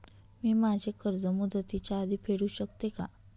मी माझे कर्ज मुदतीच्या आधी फेडू शकते का?